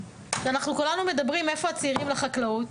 איפה הצעירים בחקלאות?